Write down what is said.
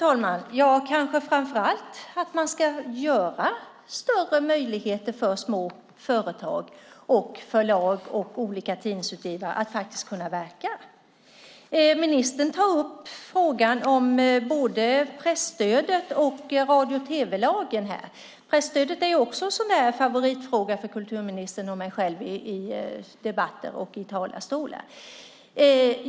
Herr talman! Det är framför allt att man ska skapa större möjligheter för små företag, förlag och olika tidningsutgivare att faktiskt kunna verka. Ministern tar upp både presstödet och radio och tv-lagen. Presstödet är också en favoritfråga för kulturministern och mig själv i debatter.